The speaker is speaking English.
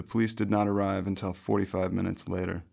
the police did not arrive until forty five minutes later